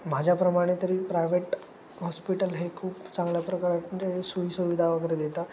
माझ्याप्रमाणे तरी private hospital हे खूप चांगल्या प्रकारे सोयीसुविधा वगैरे देतात